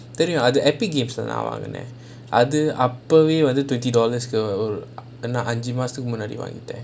tell you ah the epic game நான் வாங்குனேன் அது அப்போவே:naan vaangunaen athu appovae twenty dollars என்ன அஞ்சி மாசத்துக்கு மண்டி வாங்கிட்டேன்:enna anji maasathuku mandi vaangittaen